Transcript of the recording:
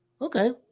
okay